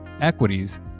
equities